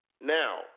Now